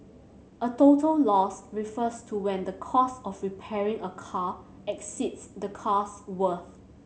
a total loss refers to when the cost of repairing a car exceeds the car's worth